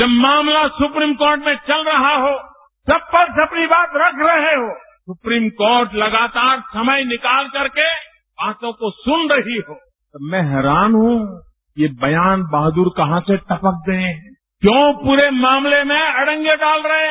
जब मामला supreme court में चल रहा हो सबपक्ष अपनी बात रख रहे हों सुप्रीम कोर्ट लगातार समय निकाल करके बातों को सुन रही होतो मैं हैरान हूँ ये बयान बहादुर कहां से टपक गये क्यों पूरे मामले में अड़ंगे डाल रहे हैं